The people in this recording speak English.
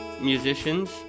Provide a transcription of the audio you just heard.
musicians